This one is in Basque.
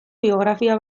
biografia